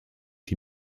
die